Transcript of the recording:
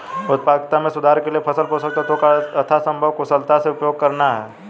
उत्पादकता में सुधार के लिए फसल पोषक तत्वों का यथासंभव कुशलता से उपयोग करना है